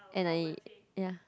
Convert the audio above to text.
and I ya